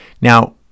Now